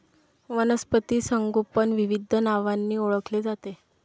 वनस्पती संगोपन विविध नावांनी ओळखले जाते